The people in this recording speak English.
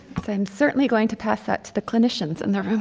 i'm certainly going to pass that to the clinicians in the